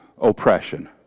oppression